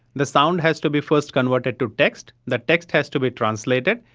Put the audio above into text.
the sound has to be first converted to text, that text has to be translated,